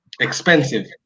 Expensive